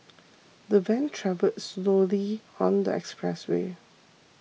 the van travelled slowly on the expressway